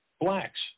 blacks